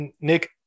Nick